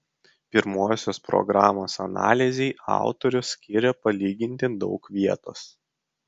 pirmosios programos analizei autorius skiria palyginti daug vietos